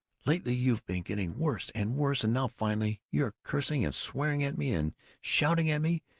lately you've been getting worse and worse, and now, finally, you're cursing and swearing at me and shouting at me,